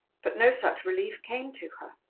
but no such relief came to her.